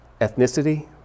ethnicity